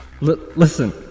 Listen